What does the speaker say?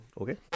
okay